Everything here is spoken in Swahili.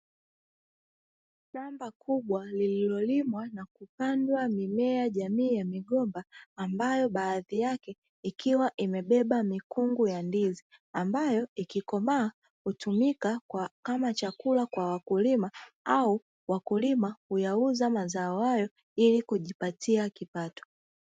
Shamba kubwa lililolimwa na kupandwa mimea jamii ya migomba ambayo baadhi yake ikiwa imebeba mikungu ya ndizi, ambayo ikikomaa hutumika kama chakula kwa wakulima au wakulima huyauza mazao hayo ili kujipatia kipato.